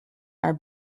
are